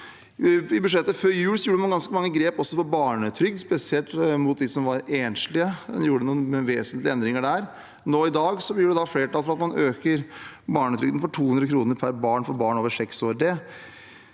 I budsjettet før jul tok man også ganske mange grep når det gjelder barnetrygd, spesielt for dem som er enslige. Vi gjorde noen vesentlige endringer der. Nå i dag blir det flertall for å øke barnetrygden med 200 kr per barn for barn over seks år.